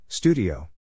Studio